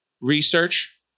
research